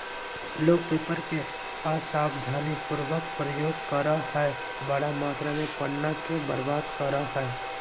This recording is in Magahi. लोग पेपर के असावधानी पूर्वक प्रयोग करअ हई, बड़ा मात्रा में पन्ना के बर्बाद करअ हई